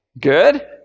Good